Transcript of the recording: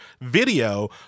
video